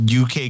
UK